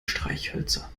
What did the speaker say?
streichhölzer